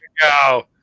go